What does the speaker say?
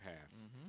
paths